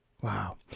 Wow